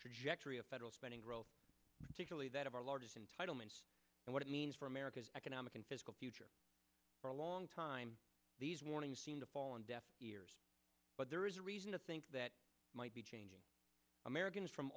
trajectory of federal spending growth particularly that of our largest entitlements and what it means for america's economic and fiscal future for a long time these warnings seem to fall on deaf ears but there is reason to think that might be changing americans from